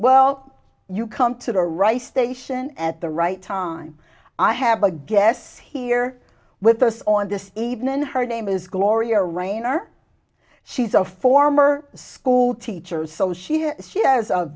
well you come to rice station at the right time i have a guess here with us on this evening her name is gloria rayner she's a former schoolteacher so she has she has a